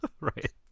Right